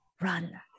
run